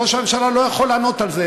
ראש הממשלה לא יכול לענות על זה,